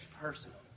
personal